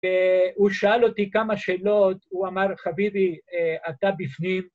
הוא שאל אותי כמה שאלות, הוא אמר, חביבי, אתה בפנים.